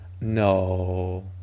No